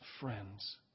friends